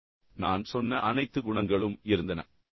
எனவே நான் சொன்ன அனைத்து குணங்களும் இருந்தன